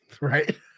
Right